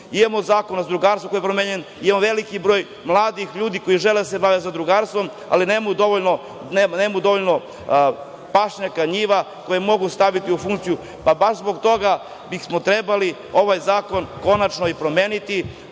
Zakon o zadrugarstvu koji je promenjen, imamo veliki broj mladih ljudi koji žele da se bave zadrugarstvom, ali nemamo dovoljno pašnjaka, njiva koje mogu staviti u funkciju. Baš zbog toga bismo trebali ovaj zakon konačno promeniti.